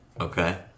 Okay